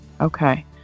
Okay